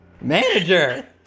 Manager